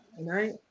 right